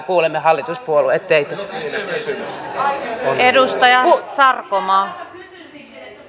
me hallituspuolueet mielellämme kuulemme teitä